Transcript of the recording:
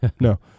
no